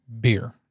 beer